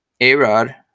A-Rod